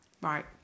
Right